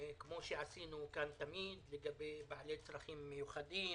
כפי שעשינו כאן תמיד לגבי בעלי צרכים מיוחדים,